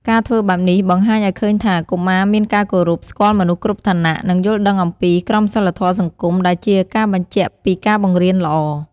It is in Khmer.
ការធ្វើបែបនេះបង្ហាញឲ្យឃើញថា កុមារមានការគោរព ស្គាល់មនុស្សគ្រប់ឋានៈ និងយល់ដឹងអំពីក្រមសីលធម៌សង្គម ដែលជាការបញ្ជាក់ពីការបង្រៀនល្អ